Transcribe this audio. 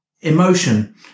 emotion